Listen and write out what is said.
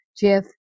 Jeff